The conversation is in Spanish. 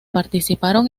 participaron